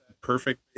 Perfect